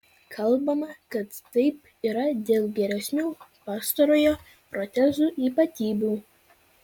kalbama kad taip yra dėl geresnių pastarojo protezų ypatybių